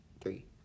Three